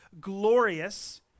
glorious